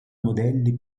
modelli